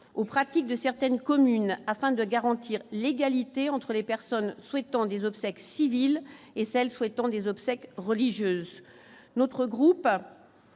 aux pratiques de certaines communes afin de garantir l'égalité entre les personnes souhaitant des obsèques civiles et celles souhaitant des obsèques religieuses, notre groupe